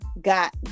got